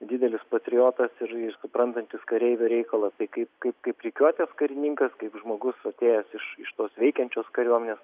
didelis patriotas ir ir suprantantis kareivio reikalą tai kaip kaip kaip rikiuotės karininkas kaip žmogus atėjęs iš iš tos veikiančios kariuomenės